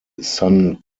san